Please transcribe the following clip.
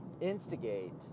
instigate